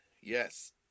yes